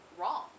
wrong